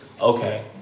Okay